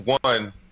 One